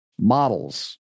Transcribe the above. models